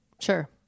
sure